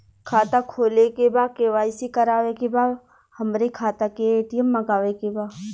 खाता खोले के बा के.वाइ.सी करावे के बा हमरे खाता के ए.टी.एम मगावे के बा?